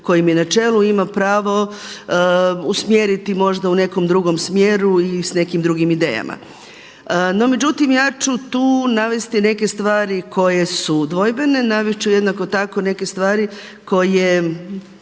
kojem je na čelu ima pravo usmjeriti možda u nekom drugom smjeru i s nekim drugim idejama. No međutim, ja ću tu navesti neke stvari koje su dvojbene. Navest ću jednako tako neke stvari koje